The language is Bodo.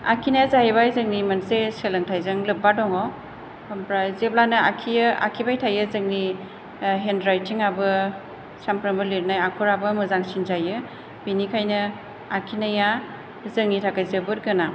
आखिनाया जाहैबाय जोंनि मोनसे सोलोंथाइजों लोब्बा दङ ओमफ्राय जेब्लानो आखिबाय थायो जोंनि हेण्डराइटिंआबो सानफ्रोमबो लिरनाय आखराबो मोजांसिन जायो बेनिखायनो आखिनाया जोंनि थाखाय जोबोर गोनां